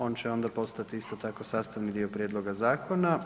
On će onda postati isto sastavni dio prijedloga zakona.